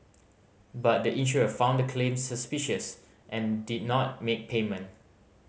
but the insurer found the claims suspicious and did not make payment